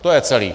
To je celé.